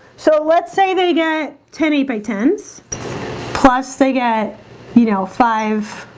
so let's say they get ten ep tens plus they get you know five